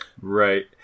Right